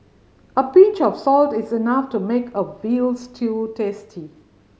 a pinch of salt is enough to make a veal stew tasty